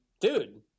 dude